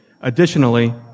Additionally